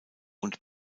und